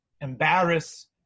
embarrass